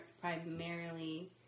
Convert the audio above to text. primarily